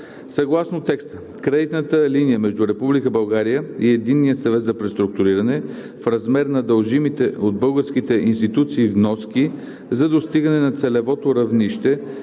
Съгласно текста кредитната линия между Република България и Единния съвет за преструктуриране в размер на дължимите от българските институции вноски за достигане на целевото равнище